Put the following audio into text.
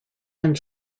and